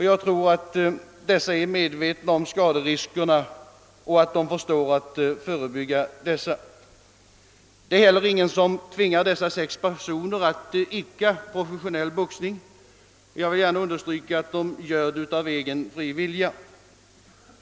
Jag tror att dessa är medvetna om skaderiskerna och förstår att förebygga dessa. Det är heller ingen som tvingar dessa sex personer att idka professionell boxning — jag vill understryka att de gör det av egen fri vilja.